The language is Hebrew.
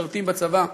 משרתים בצבא,